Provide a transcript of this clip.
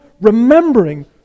remembering